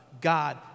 God